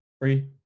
Three